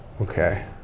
Okay